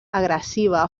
agressiva